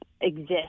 exist